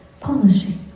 polishing